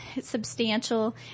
substantial